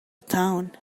town